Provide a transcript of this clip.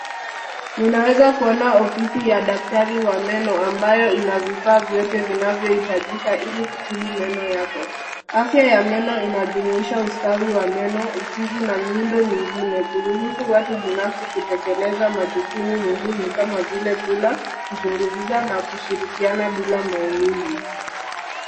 Ninaweza kuona ofisi ya daktari wa meno ambayo ina vifaa vyote vinavyohitajika ilikutibu meno yako. Afya ya meno inajumuisha ustawi wa meno, ufizi na miundo mingine, kuruhusu watu binafsi kutekeleza majukumu muhimu kama vile: kula, kuzungumza na kushirikiana bila maumivu.